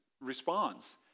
responds